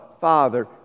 Father